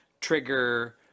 trigger